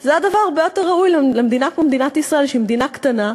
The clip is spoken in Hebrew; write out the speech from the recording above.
זה היה דבר הרבה יותר ראוי למדינה כמו מדינת ישראל שהיא מדינה קטנה.